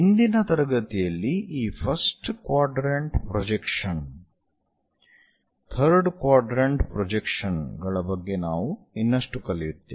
ಇಂದಿನ ತರಗತಿಯಲ್ಲಿ ಈ first quadrant projection third quadrant projection ಗಳ ಬಗ್ಗೆ ನಾವು ಇನ್ನಷ್ಟು ಕಲಿಯುತ್ತೇವೆ